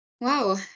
Wow